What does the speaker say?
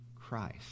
Christ